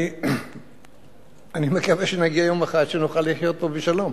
אני מקווה שנגיע יום אחד לחיות פה בשלום.